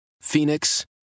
Phoenix